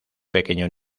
pequeño